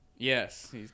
Yes